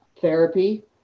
Therapy